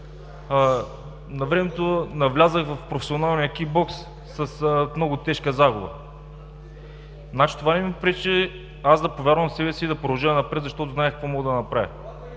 Навремето навлязох в професионалния кикбокс с много тежка загуба. Това не ми попречи аз да повярвам в себе си и да продължа напред, защото знаех какво мога да направя.